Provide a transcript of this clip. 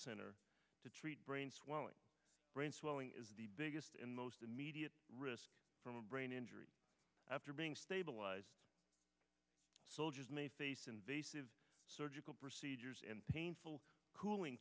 center to treat brain swelling brain swelling is the biggest and most immediate risk from a brain injury after being stabilized soldiers may face invasive surgical procedures and painful cooling